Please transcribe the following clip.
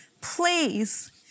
please